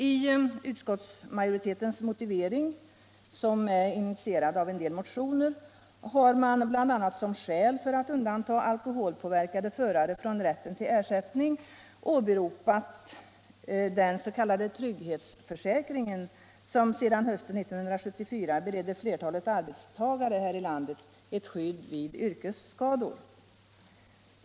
I utskottsmajoritetens motivering, som är initierad av en del motioner, har man bl.a. som skäl för att undanta alkoholpåverkade förare från rätten till ersättning åberopat den s.k. trygghetsförsäkringen, som sedan hösten 1974 berett ett flertal arbetstagare här i landet skydd vid yrkesskador.